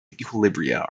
equilibria